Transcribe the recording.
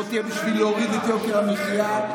לא תהיה בשביל להוריד את יוקר המחיה,